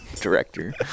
director